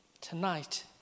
tonight